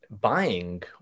buying